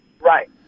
Right